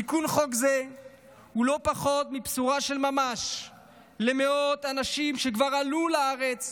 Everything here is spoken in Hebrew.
תיקון חוק זה הוא לא פחות מבשורה של ממש למאות אנשים שכבר עלו לארץ,